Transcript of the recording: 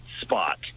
spot